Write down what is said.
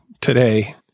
today